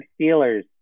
Steelers